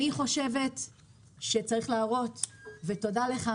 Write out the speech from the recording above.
אני חושבת שצריך להראות ותודה לך,